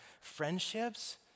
friendships